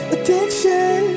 Addiction